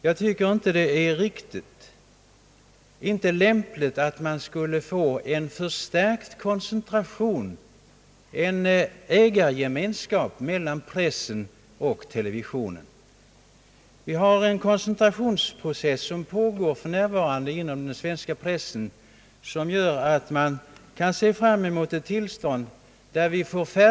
Jag tycker inte att det är lämpligt att skapa en ägargemenskap mellan pressen och televisionen. För närvarande pågår en koncentrationsprocess inom den svenska pressen, som gör att man kan se fram emot färre tidningar och större tidningar.